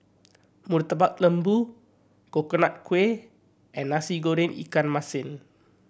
Murtabak Lembu Coconut Kuih and Nasi Goreng ikan masin